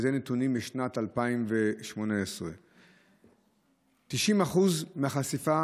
ואלה נתונים משנת 2018. 90% מהחשיפות